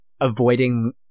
avoiding